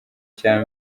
cya